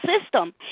system